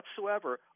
whatsoever